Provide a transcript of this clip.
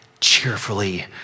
cheerfully